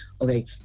Okay